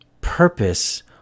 purpose